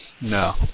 No